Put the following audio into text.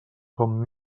com